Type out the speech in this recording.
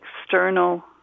external